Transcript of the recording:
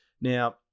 Now